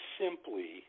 simply